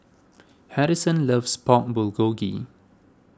Harrison loves Pork Bulgogi